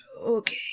Okay